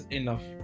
enough